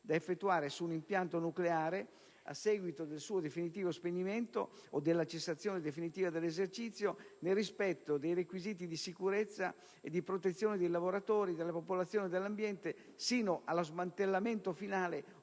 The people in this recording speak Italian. da effettuare su un impianto nucleare a seguito del suo definitivo spegnimento o della cessazione definitiva dell'esercizio, nel rispetto dei requisiti di sicurezza e di protezione dei lavoratori, della popolazione e dell'ambiente, sino allo smantellamento finale o